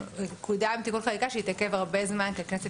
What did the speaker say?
וקודם תיקון חקיקה שהתעכב הרבה זמן כי הכנסת